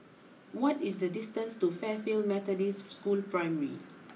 what is the distance to Fairfield Methodist School Primary